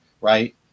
right